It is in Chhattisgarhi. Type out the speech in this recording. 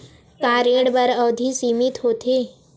का ऋण बर अवधि सीमित होथे?